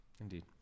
Indeed